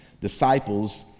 disciples